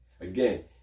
Again